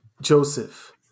Joseph